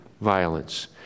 violence